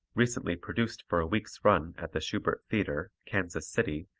recently produced for a week's run at the shubert theatre, kansas city,